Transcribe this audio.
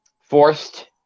forced